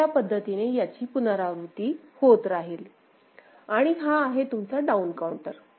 अशा पद्धतीने याची पुनरावृत्ती होत राहील आणि हा आहे तुमचा डाउन काउंटर